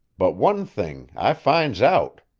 but one thing i finds out.